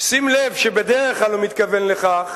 שים לב שבדרך כלל הוא מתכוון לכך